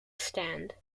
stand